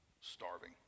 starving